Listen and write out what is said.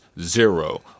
Zero